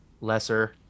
lesser